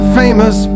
famous